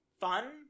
fun